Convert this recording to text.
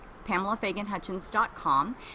PamelaFaganHutchins.com